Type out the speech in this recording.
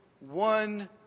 one